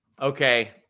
Okay